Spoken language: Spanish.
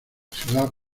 ciudad